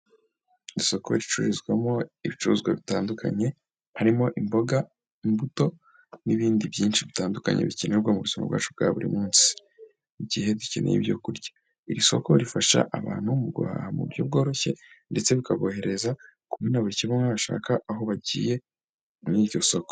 Isoko ricururizwamo ibicuruzwa bitandukanye harimo imboga, imbuto n'ibindi byinshi bitandukanye bikenerwa mu buzima bwacu bwa buri munsi, igihe dukeneye ibyo kurya, iri soko rifasha abantu guhaha mu buryo bworoshye, ndetse bikaborohereza kumenya buri kimwe bashaka aho bagiye muri iryo soko.